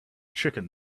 chicken